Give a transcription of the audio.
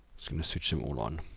just going to switch them all on.